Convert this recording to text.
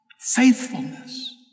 Faithfulness